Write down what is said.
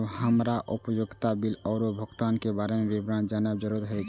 जब हमरा उपयोगिता बिल आरो भुगतान के बारे में विवरण जानय के जरुरत होय?